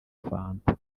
fanta